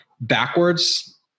backwards